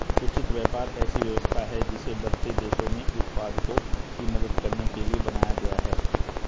उचित व्यापार ऐसी व्यवस्था है जिसे बढ़ते देशों में उत्पादकों की मदद करने के लिए बनाया गया है